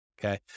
okay